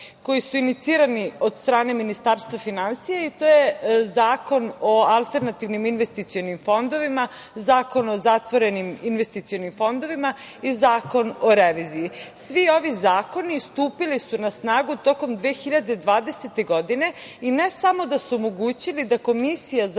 koji su inicirani od strane Ministarstva finansija i to je Zakon o alterantivnim investicionim fondovima, Zakonom o zatvorenim investicionim fondovima i Zakon o reviziji. Svi ovi zakoni stupili su na snagu tokom 2020. godine i ne samo da su omogućili da Komisija za